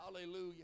Hallelujah